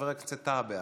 חבר הכנסת טאהא,